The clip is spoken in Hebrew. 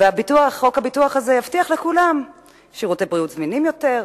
חוק הביטוח הזה יבטיח לכולם שירותי בריאות זמינים יותר,